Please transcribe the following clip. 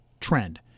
trend